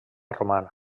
romana